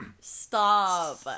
stop